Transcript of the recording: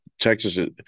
Texas